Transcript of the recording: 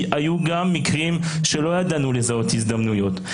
כי היו גם מקרים שלא ידענו לזהות הזדמנויות.